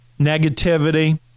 negativity